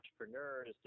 entrepreneurs